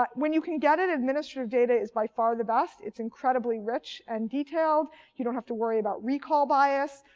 but when you can get it, administrative data is by far the best. it's incredibly rich and detailed. you don't have to worry about recall bias,